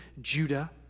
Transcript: Judah